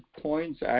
points